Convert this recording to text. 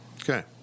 Okay